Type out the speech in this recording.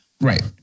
Right